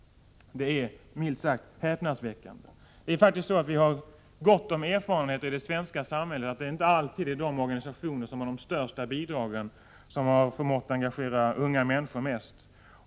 Det är milt sagt häpnadsväckande. Vi har i det svenska samhället rikliga erfarenheter som visar att det inte alltid är de organisationer som fått de största bidragen som har förmått engagera unga människor mest.